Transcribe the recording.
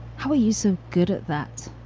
how are you so good at that?